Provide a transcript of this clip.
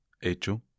hecho